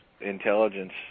intelligence